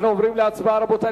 אנחנו עוברים להצבעה, רבותי.